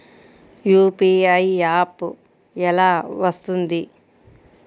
UPI app ఎలా వస్తుంది?